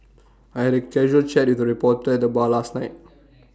I had A casual chat with A reporter at the bar last night